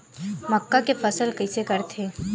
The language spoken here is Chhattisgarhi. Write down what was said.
मक्का के फसल कइसे करथे?